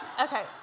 Okay